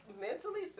mentally